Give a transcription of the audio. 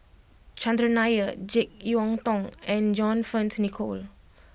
Chandran Nair Jek Yeun Thong and John Fearns Nicoll